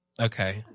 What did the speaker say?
Okay